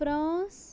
France